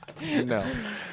No